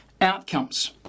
outcomes